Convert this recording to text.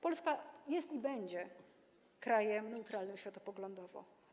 Polska jest i będzie krajem neutralnym światopoglądowo.